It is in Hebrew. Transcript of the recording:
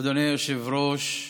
אדוני היושב-ראש,